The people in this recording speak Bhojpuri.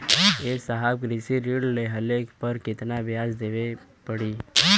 ए साहब कृषि ऋण लेहले पर कितना ब्याज देवे पणी?